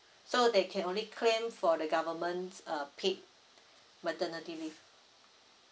so they can only claim for the government's uh paid maternity leave